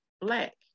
black